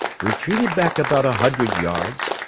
retreated back about a hundred yards,